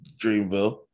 dreamville